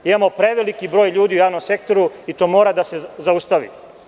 Imamo preveliki broj ljudi u javnom sektoru i to mora da se zaustavi.